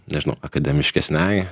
nežinau akademiškesnei